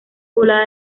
poblada